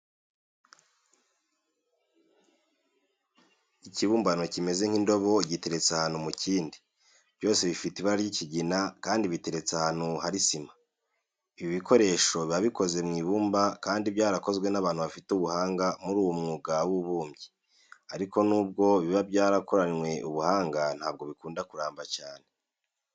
Ikibumbano kimeze nk'indobo giteretse ahantu mu kindi, byose bifite ibara ry'ikigina kandi biteretse ahantu hari sima. Ibi bikoresho biba bikoze mu ibumba kandi byarakozwe n'abantu bafite ubuhanga muri uyu mwuga w'ububumbyi, ariko nubwo biba byarakoranywe ubuhannga ntabwo bikunda kuramba cyane.